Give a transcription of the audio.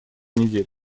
недель